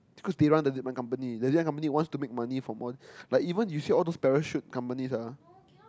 because they run the Zipline company the Zipline company wants to make money from all like even you see those parachute companies ah